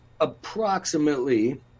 approximately